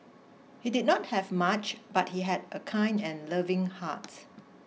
he did not have much but he had a kind and loving heart